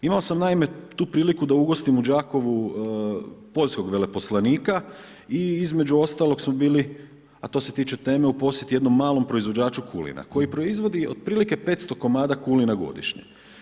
Imao sam naime tu priliku da ugostim u Đakovu Poljskog veleposlanika i između ostalog su bili, a to se tiče teme, u posjeti jednom malom proizvođaču kulena koji proizvodi otprilike 500 komada kulena godišnje.